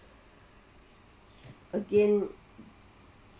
again